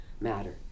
matter